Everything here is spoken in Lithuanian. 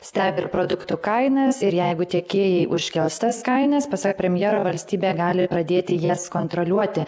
stebi ir produktų kainas ir jeigu tiekėjai užkels tas kainas pasak premjero valstybė gali pradėti jas kontroliuoti